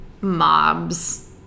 mobs